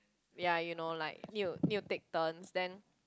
ya you know like need to need to take turns then